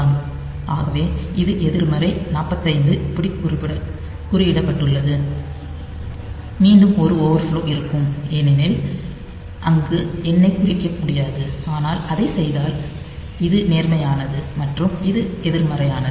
ஆகவே இது எதிர்மறை 45 இப்படி குறியிடப்பட்டுள்ளது மீண்டும் ஒரு ஓவர் ஃப்லோ இருக்கும் ஏனென்றால் அங்கு எண்ணைக் குறிக்க முடியாது ஆனால் அதைச் செய்தால் இது நேர்மறையானது மற்றும் இது எதிர்மறையானது